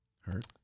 hurt